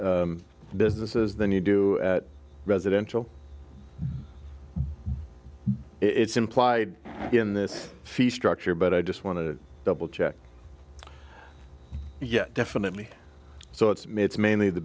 t businesses than you do residential it's implied in this fee structure but i just want to double check yes definitely so it's mates mainly the